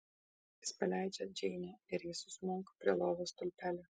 jis paleidžia džeinę ir ji susmunka prie lovos stulpelio